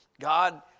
God